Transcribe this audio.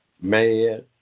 mad